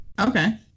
Okay